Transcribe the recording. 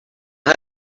had